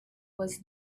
was